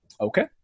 Okay